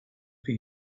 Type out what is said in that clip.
for